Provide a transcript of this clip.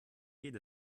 geht